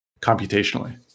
computationally